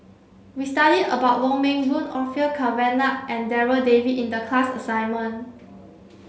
we studied about Wong Meng Voon Orfeur Cavenagh and Darryl David in the class assignment